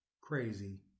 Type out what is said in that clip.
crazy